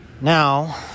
Now